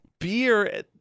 Beer